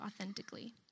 authentically